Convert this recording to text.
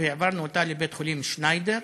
והעברנו אותה לבית-החולים "שניידר".